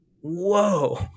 whoa